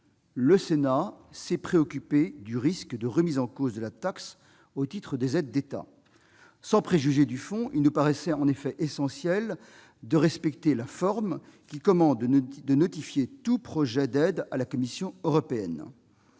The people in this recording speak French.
le Sénat s'est préoccupé du risque de remise en cause de la taxe au titre des aides d'État. Sans préjuger le fond, il nous paraissait essentiel de respecter la forme, qui commande de notifier tout projet d'aide à la Commission européenne.